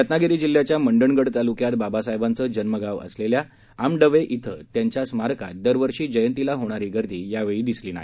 रत्नागिरी जिल्ह्याच्या मंडणगड तालुक्यात बाबासाहेबांचं जन्मगाव असलेल्या आंबडवे क्वें त्यांच्या स्मारकात दरवर्षी जयंतीला होणारी गर्दी यावेळी दिसली नाही